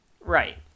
Right